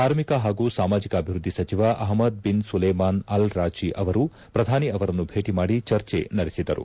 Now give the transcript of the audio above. ಕಾರ್ಮಿಕ ಹಾಗೂ ಸಾಮಾಜಿ ಅಭಿವೃದ್ಧಿ ಸಚಿವ Ahmed bin Sulaiman al Rajhi ಅವರೂ ಪ್ರಧಾನಿ ಅವರನ್ನು ಭೇಟಿ ಮಾಡಿ ಚರ್ಜೆ ನಡೆಸಿದರು